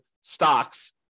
stocks